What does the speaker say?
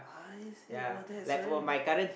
I see !wah! that's very